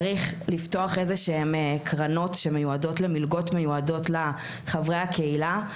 צריך לפתוח איזה שהן קרנות שמיועדות למלגות מיועדות לחברי הקהילה.